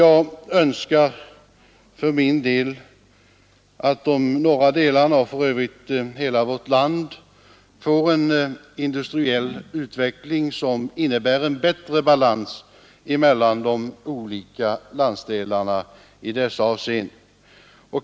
Jag önskar för min del att de norra delarna, och för övrigt hela vårt land, får en industriell utveckling som innebär bättre balans mellan de olika landsdelarna i dessa avseenden.